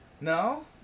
No